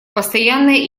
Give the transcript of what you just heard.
постоянная